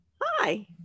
Hi